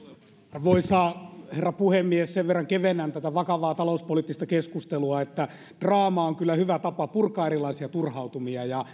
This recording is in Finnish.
arvoisa herra puhemies sen verran kevennän tätä vakavaa talouspoliittista keskustelua että draama on kyllä hyvä tapa purkaa erilaisia turhautumia ja